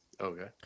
Okay